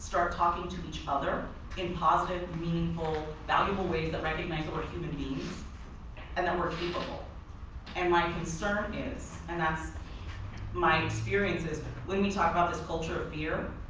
start talking to each other in positive, meaningful, valuable ways that recognize we're human beings and that we're capable and my concern is and that's my experience is when we talk about this culture of fear,